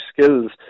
skills